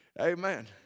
amen